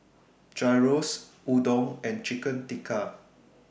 Gyros Udon and Chicken Tikka